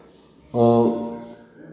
और